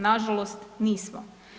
Nažalost nismo.